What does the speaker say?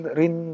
rin